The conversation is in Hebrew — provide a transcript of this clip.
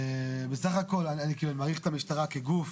בסך הכל, אני מעריך את המשורה כגוף,